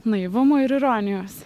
naivumo ir ironijos